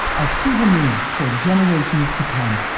a souvenir for generations to come.